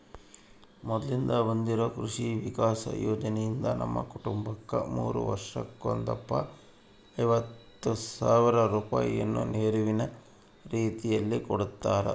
ಮೊದ್ಲಿಂದ ಬಂದಿರೊ ಕೃಷಿ ವಿಕಾಸ ಯೋಜನೆಯಿಂದ ನಮ್ಮ ಕುಟುಂಬಕ್ಕ ಮೂರು ವರ್ಷಕ್ಕೊಂದಪ್ಪ ಐವತ್ ಸಾವ್ರ ರೂಪಾಯಿನ ನೆರವಿನ ರೀತಿಕೊಡುತ್ತಾರ